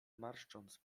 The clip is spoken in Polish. marszcząc